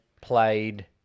played